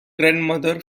grandmother